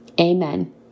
amen